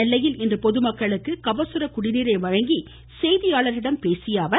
நெல்லையில் இன்று பொதுமக்களுக்கு கபசுர குடிநீரை வழங்கி செய்தியாளர்களிடம் பேசிய அவர்